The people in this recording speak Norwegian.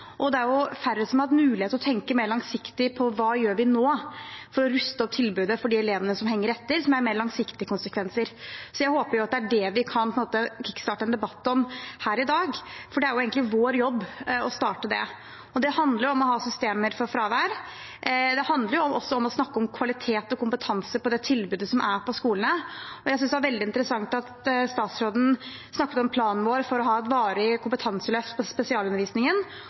Det er færre som har hatt mulighet til å tenke mer langsiktig på hva gjør vi nå for å ruste opp tilbudet for de elevene som henger etter, med mer langsiktige konsekvenser. Jeg håper at det er det vi på en måte kan kickstarte en debatt om her i dag, for det er jo egentlig vår jobb å starte det. Det handler om å ha systemer for fravær, det handler også om å snakke om kvalitet og kompetanse i det tilbudet som er på skolene. Jeg synes det er veldig interessant at statsråden snakker om planen vår for å ha et varig kompetanseløft for spesialundervisningen,